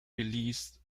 released